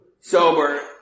Sober